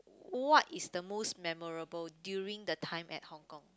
what is the most memorable during the time at Hong-Kong